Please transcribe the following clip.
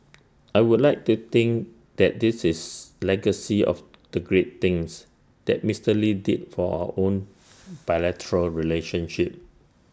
I would like to think that this is legacy of the great things that Mister lee did for our own bilateral relationship